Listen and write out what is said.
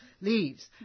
leaves